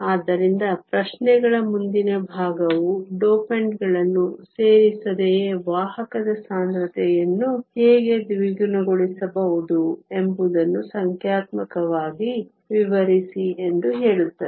ಆದ್ದರಿಂದ ಪ್ರಶ್ನೆಗಳ ಮುಂದಿನ ಭಾಗವು ಡೋಪಂಟ್ಗಳನ್ನು ಸೇರಿಸದೆಯೇ ವಾಹಕದ ಸಾಂದ್ರತೆಯನ್ನು ಹೇಗೆ ದ್ವಿಗುಣಗೊಳಿಸಬಹುದು ಎಂಬುದನ್ನು ಸಂಖ್ಯಾತ್ಮಕವಾಗಿ ವಿವರಿಸಿ ಎಂದು ಹೇಳುತ್ತದೆ